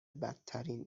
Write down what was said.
بدترین